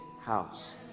house